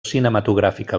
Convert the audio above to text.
cinematogràfica